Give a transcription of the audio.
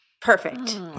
Perfect